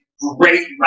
great